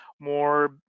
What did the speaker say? more